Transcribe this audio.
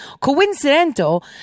coincidental